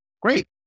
great